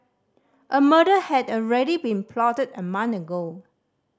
a murder had already been plotted a month ago